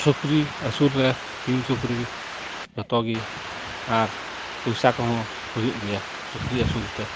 ᱥᱩᱠᱨᱤ ᱟᱹᱥᱩᱞ ᱨᱮ ᱥᱤᱢ ᱥᱩᱠᱨᱤ ᱡᱷᱚᱛᱚ ᱜᱮ ᱟᱨ ᱯᱚᱭᱥᱟ ᱠᱚᱦᱚᱸ ᱠᱚᱦᱚᱸ ᱦᱩᱭᱩᱜ ᱜᱮᱭᱟ ᱥᱩᱠᱨᱤ ᱟᱹᱥᱩᱞ ᱛᱮ